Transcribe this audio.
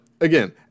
again